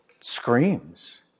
screams